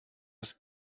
das